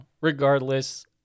Regardless